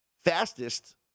fastest